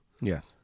Yes